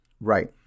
Right